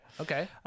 Okay